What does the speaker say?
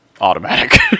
automatic